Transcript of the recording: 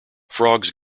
frogs